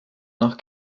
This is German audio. nach